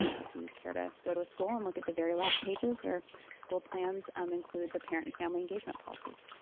if you care to go to school and look at the very last pages, their school plans um include the parent family engagement policies.